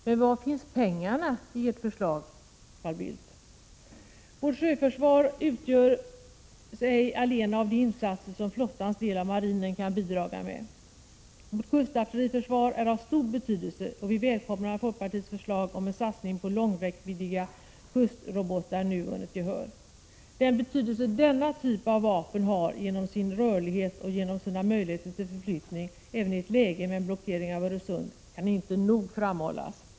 Men var finns pengarna i ert förslag, Carl Bildt? Vårt sjöförsvar utgörs ej allena av de insatser som flottans del av marinen kan bidra med. Vårt kustartilleriförsvar är av stor betydelse och vi välkomnar att folkpartiets förslag om en satsning på kustrobotar med lång räckvidd nu vunnit gehör. Den betydelse denna typ av vapen har genom sin rörlighet och genom sina möjligheter till förflyttning, även i ett läge med en blockering av Öresund, kan inte nog framhållas.